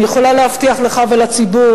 אני יכולה להבטיח לך ולציבור,